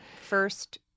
first